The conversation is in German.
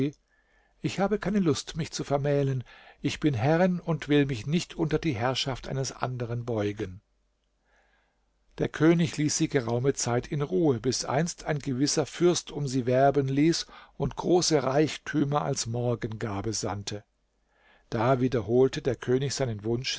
ich habe keine lust mich zu vermählen ich bin herrin und will mich nicht unter die herrschaft eines anderen beugen der könig ließ sie geraume zeit in ruhe bis einst ein gewisser fürst um sie werben ließ und große reichtümer als morgengabe sandte da wiederholte der könig seinen wunsch